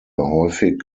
häufig